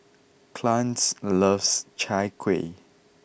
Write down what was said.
Clarnce loves Chai Kueh